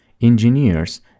engineers